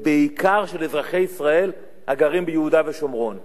ובעיקר של אזרחי ישראל הגרים ביהודה ושומרון.